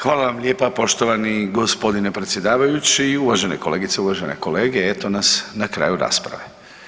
Hvala vam lijepa poštovani gospodine predsjedavajući, uvažene kolegice, uvažene kolege eto nas na kraju rasprave.